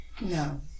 No